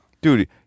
dude